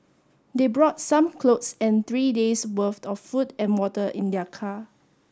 they brought some clothes and three days' worth of food and water in their car